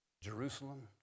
Jerusalem